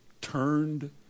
turned